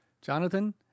Jonathan